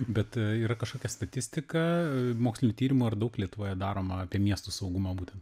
bet yra kažkokia statistika mokslinių tyrimų ar daug lietuvoje daroma apie miestų saugumą būtent